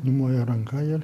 numojo ranka ir